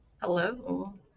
Hello